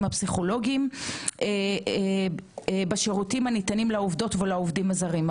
הפסיכולוגיים בשירותים הניתנים לעובדות ולעובדים הזרים.